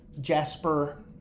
Jasper